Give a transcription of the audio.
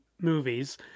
movies